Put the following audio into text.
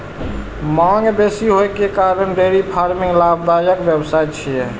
मांग बेसी होइ के कारण डेयरी फार्मिंग लाभदायक व्यवसाय छियै